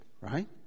right